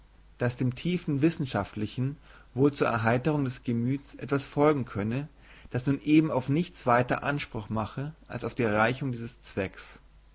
daß dem tiefen wissenschaftlichen wohl zur erheiterung des gemüts etwas folgen könne das nun eben auf nichts weiter anspruch mache als auf erreichung dieses zwecks